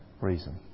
reason